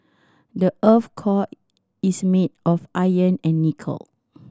the earth core is made of iron and nickel